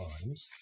times